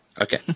okay